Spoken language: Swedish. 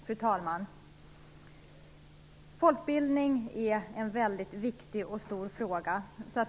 Fru talman! Folkbildning är en väldigt viktig och stor fråga.